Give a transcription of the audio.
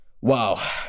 Wow